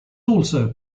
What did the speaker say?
also